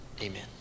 amen